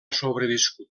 sobreviscut